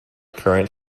current